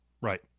Right